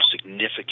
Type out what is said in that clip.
significant